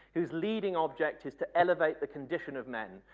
whose leading object is to elevate the condition of men,